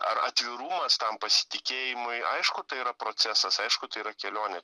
ar atvirumas tam pasitikėjimui aišku tai yra procesas aišku tai yra kelionė